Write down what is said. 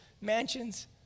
mansions